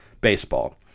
baseball